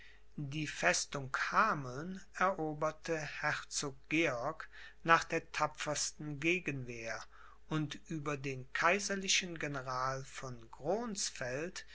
die festung hameln eroberte herzog georg nach der tapfersten gegenwehr und über den kaiserlichen general von